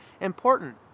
important